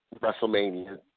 WrestleMania